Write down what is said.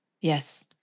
yes